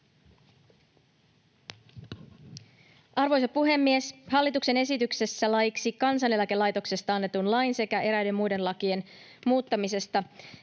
Arvoisa puhemies! Hallituksen esityksessä laiksi Kansaneläkelaitoksesta annetun lain sekä eräiden muiden lakien muuttamisesta